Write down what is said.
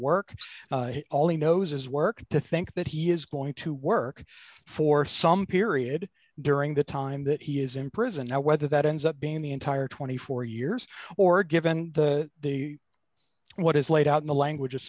work all he knows is work to think that he is going to work for some period during the time that he is in prison now whether that ends up being the entire twenty four years or given the the what is laid out in the language